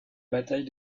bataille